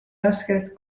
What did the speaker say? raskelt